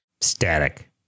Static